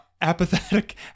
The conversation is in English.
apathetic